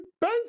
Ben